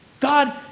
God